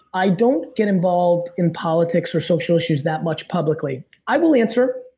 i don't get involved in politics or social issues that much publicly. i will answer.